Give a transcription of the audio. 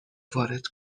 وارد